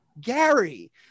Gary